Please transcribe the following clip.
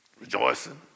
rejoicing